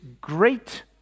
great